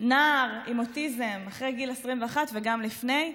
נער עם אוטיזם אחרי גיל 21, וגם לפני,